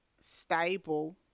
stable